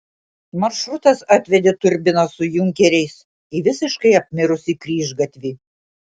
maršrutas atvedė turbiną su junkeriais į visiškai apmirusį kryžgatvį